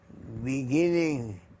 beginning